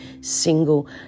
single